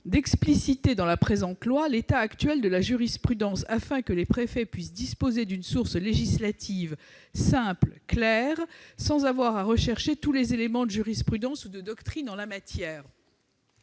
explicitement dans la loi l'état actuel de cette jurisprudence, afin que les préfets puissent disposer d'une source législative simple et claire, sans avoir à rechercher tous les éléments de jurisprudence ou de doctrine en la matière.